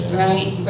right